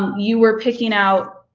you were picking out,